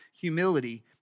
humility